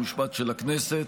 חוק ומשפט של הכנסת,